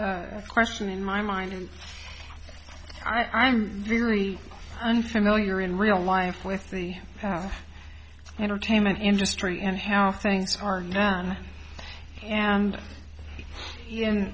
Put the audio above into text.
a question in my mind i'm very unfamiliar in real life with the entertainment industry and how things are done and in